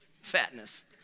fatness